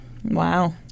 Wow